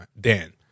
Dan